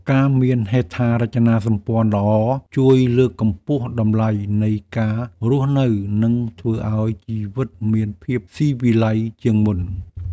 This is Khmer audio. ការមានហេដ្ឋារចនាសម្ព័ន្ធល្អ ជួយលើកកម្ពស់តម្លៃនៃការរស់នៅ និងធ្វើឱ្យជីវិតមានភាពស៊ីវិល័យជាងមុន។